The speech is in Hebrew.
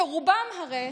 שרובם הרי